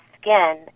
skin